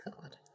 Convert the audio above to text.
God